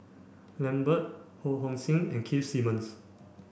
Lambert Ho Hong Sing and Keith Simmons